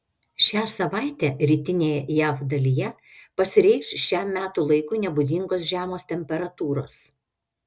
šią savaitę rytinėje jav dalyje pasireikš šiam metų laikui nebūdingos žemos temperatūros